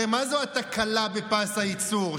הרי מה זו התקלה בפס הייצור,